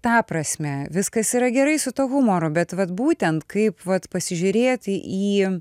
tą prasme viskas yra gerai su tuo humoru bet vat būtent kaip vat pasižiūrėti į